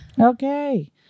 Okay